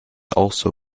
also